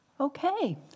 Okay